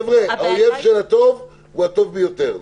חבר'ה, האויב של הטוב הוא הטוב ביותר.